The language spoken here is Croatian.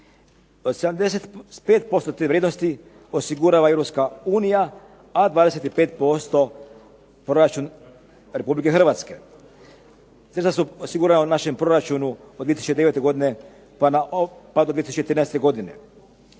75% te vrijednosti osigurava EU, a 25% proračun RH. Sredstva su osigurana u našem proračunu od 2009. godine pa do 2013. godine.